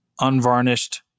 unvarnished